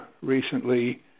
recently